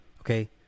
Okay